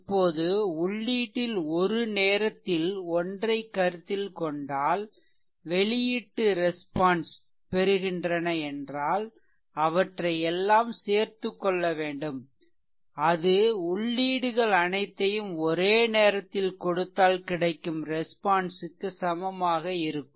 இப்போது உள்ளீட்டில் ஒரு நேரத்தில் ஒன்றைக் கருத்தில் கொண்டால் வெளியீட்டு ரெஸ்பான்ஸ் பெறுகின்றன என்றால் அவற்றை எல்லாம் சேர்த்துக் கொள்ள வேண்டும்அது உள்ளீடுகள் அனைத்தையும் ஒரே நேரத்தில் கொடுத்தால் கிடைக்கும் ரெஸ்பான்ஸ் க்கு சமமாக இருக்கும்